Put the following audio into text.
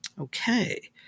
okay